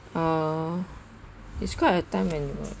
uh it's quite a time when you were